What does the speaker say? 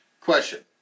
Question